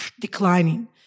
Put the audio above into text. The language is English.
declining